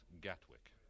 Gatwick